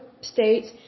states